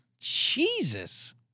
Jesus